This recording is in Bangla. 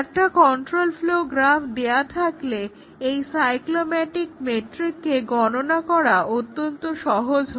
একটা কন্ট্রোল ফ্লোও গ্রাফ দেওয়া থাকলে এই McCabe's সাইক্লোমেটিক মেট্রিককে গণনা করা অত্যন্ত সহজ হয়